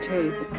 Tape